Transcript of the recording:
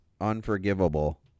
unforgivable